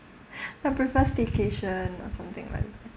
I prefer staycation or something relevant